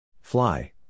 fly